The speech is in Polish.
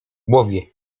głowie